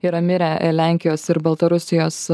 yra mirę lenkijos ir baltarusijos